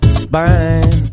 spine